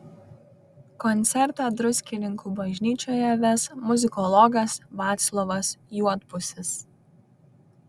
koncertą druskininkų bažnyčioje ves muzikologas vaclovas juodpusis